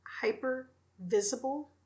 hyper-visible